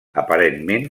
aparentment